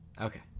Okay